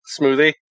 Smoothie